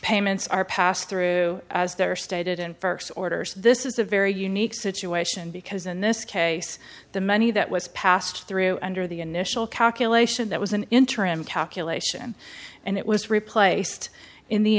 payments are passed through as there are stated in first orders this is a very unique situation because in this case the money that was passed through under the initial calculation that was an interim calculation and it was replaced in the